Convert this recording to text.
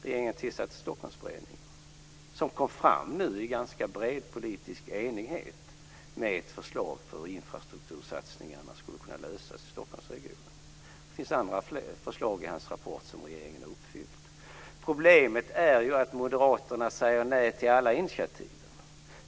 Regeringen tillsatte Stockholmsberedningen som i ganska bred politisk enighet kom fram till ett förslag hur detta med infrastruktursatsningar skulle kunna lösas i Det finns även andra förslag i Ulf Adelsohns rapport som regeringen har genomfört. Problemet är ju att Moderaterna säger nej till alla initiativ.